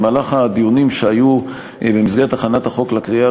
במהלך הדיונים במסגרת הכנת החוק לקריאה